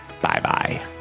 Bye-bye